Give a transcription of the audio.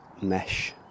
mesh